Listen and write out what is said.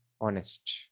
honest